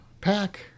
pack